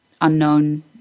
unknown